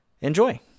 enjoy